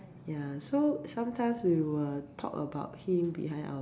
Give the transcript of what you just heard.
ya so sometimes we will talk about him behind our back